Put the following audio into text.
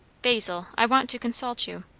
basil i want to consult you.